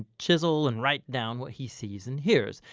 ah chisel and write down what he sees and hears.